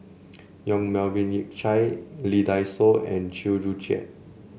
Yong Melvin Yik Chye Lee Dai Soh and Chew Joo Chiat